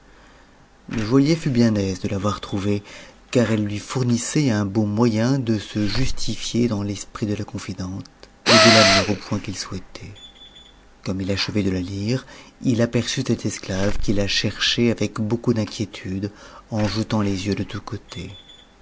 le joailher fut bien aise de l'avoir trouvée car elle lui fournissait un beau moyen de se justifier dans l'esprit de la confidente et de l'amener au point qu'il souhaitait comme il achevait de la lire il aperçut cette es clave qui la cherchait avec beaucoup d'inquiétude en jetant les yeux de tous côtés